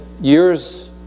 years